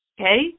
Okay